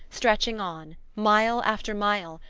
stretching on, mile after mile,